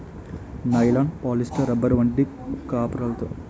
nylon, polyester, rubber వంటి కాపరుతో ఎన్నో పదార్ధాలు వలెయ్యడానికు వాడతారు